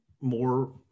more